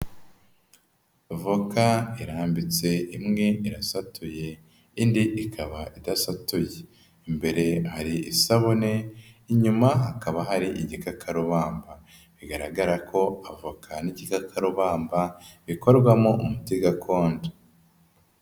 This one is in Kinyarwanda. Voka irambitse, imwe irasatuye indi ikaba idasatuye, imbere hari isabune inyuma hakaba hari igikakarubamaba, bigaragara ko avoka n'igikakarubamba bikorwamo umuti gakondo.